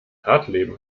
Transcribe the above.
hartleben